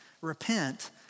Repent